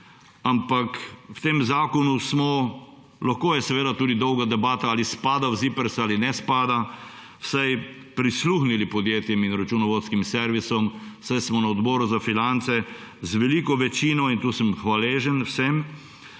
V tem zakon smo – lahko je seveda tudi dolga debata, ali spada v ZIPRS ali ne spada – vsaj prisluhnili podjetjem in računovodskim servisom, saj smo na Odboru za finance z veliko večino, in tu sem hvaležen vsem,